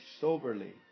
soberly